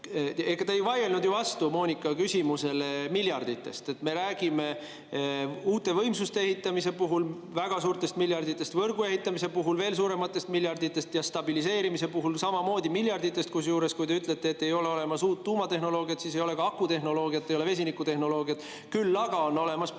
Te ei vaielnud ju vastu Moonika küsimusele miljardite kohta. Me räägime uute võimsuste ehitamise puhul väga [paljudest] miljarditest, võrgu ehitamise puhul veel [suuremast hulgast] miljarditest ja stabiliseerimise puhul samamoodi miljarditest. Kusjuures, te küll ütlete, et ei ole olemas uut tuumatehnoloogiat, kuid ei ole ka akutehnoloogiat, ei ole vesinikutehnoloogiat, küll aga on olemas